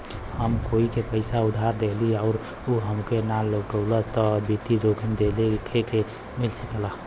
हम कोई के पइसा उधार देली आउर उ हमके ना लउटावला त वित्तीय जोखिम देखे के मिल सकला